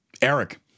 Eric